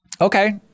Okay